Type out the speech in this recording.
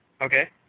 Okay